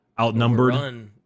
outnumbered